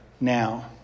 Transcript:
now